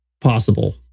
possible